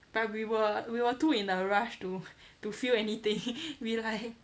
but we were we were too in a rush to to feel anything we like